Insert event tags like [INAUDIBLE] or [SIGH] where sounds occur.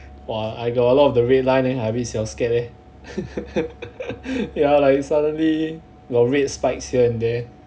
!wah! I got a lot of the red line leh I a bit 小 scared eh [LAUGHS] ya like suddenly got red spikes here and there